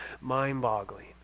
mind-boggling